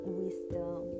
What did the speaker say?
wisdom